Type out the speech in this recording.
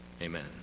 Amen